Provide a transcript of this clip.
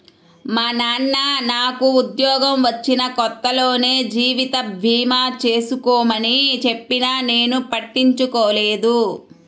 మా నాన్న నాకు ఉద్యోగం వచ్చిన కొత్తలోనే జీవిత భీమా చేసుకోమని చెప్పినా నేను పట్టించుకోలేదు